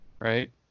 right